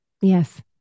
yes